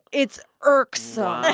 it's irksome. ah